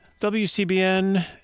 WCBN